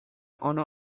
honor